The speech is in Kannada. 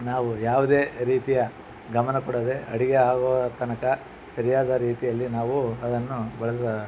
ನಾವು ಯಾವುದೇ ರೀತಿಯ ಗಮನ ಕೊಡದೆ ಅಡುಗೆ ಆಗುವ ತನಕ ಸರಿಯಾದ ರೀತಿಯಲ್ಲಿ ನಾವು ಅದನ್ನು ಬಳಸ